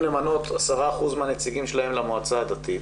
למנות 10% מהנציגים שלהם למועצה הדתית,